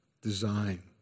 design